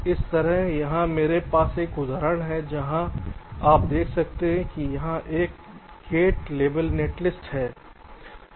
इसी तरह यहाँ मेरे पास एक उदाहरण है जहाँ आप देख सकते हैं कि यहाँ एक गेट लेवल नेटलिस्ट है